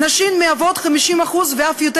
נשים מהוות 50% ואף יותר,